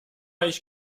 ich